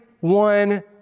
one